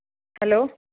hello